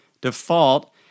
default